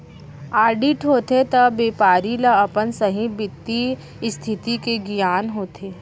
audit होथे त बेपारी ल अपन सहीं बित्तीय इस्थिति के गियान होथे